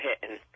hitting